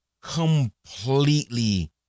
completely